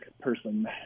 person